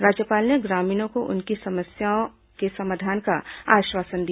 राज्यपाल ने ग्रामीणों को उनकी समस्याओं के समाधान का आश्वासन दिया